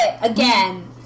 again